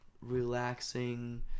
Relaxing